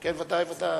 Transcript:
כן, ודאי, ודאי.